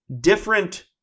different